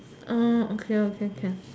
uh okay okay can